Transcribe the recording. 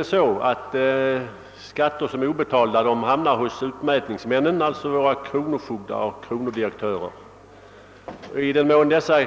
Obetalda skatter :hamnar hos utmätningsmännen — alltså kronofogdar och kronodirektörer — och i den mån dessa